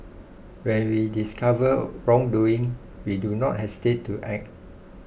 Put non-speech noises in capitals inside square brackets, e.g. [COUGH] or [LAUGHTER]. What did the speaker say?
when we discover [HESITATION] wrongdoing we do not hesitate to act